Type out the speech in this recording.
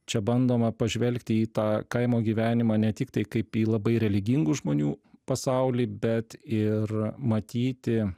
čia bandoma pažvelgti į tą kaimo gyvenimą ne tiktai kaip į labai religingų žmonių pasaulį bet ir matyti